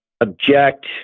object